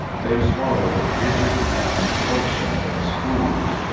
they swallowed a rigid compulsion in schools,